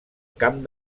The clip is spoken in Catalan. camp